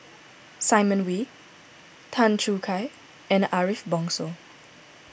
Simon Wee Tan Choo Kai and Ariff Bongso